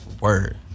Word